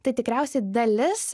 tai tikriausiai dalis